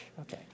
Okay